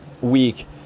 week